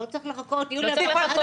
לא צריך לחכות, יוליה --- דקה.